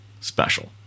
special